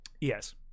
Yes